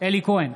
אלי כהן,